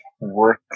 work